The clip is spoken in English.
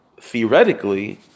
theoretically